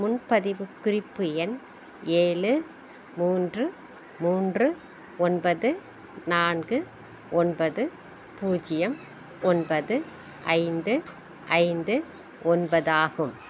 முன்பதிவு குறிப்பு எண் ஏழு மூன்று மூன்று ஒன்பது நான்கு ஒன்பது பூஜ்ஜியம் ஒன்பது ஐந்து ஐந்து ஒன்பதாகும்